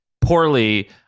Poorly